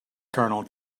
kernel